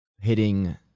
hitting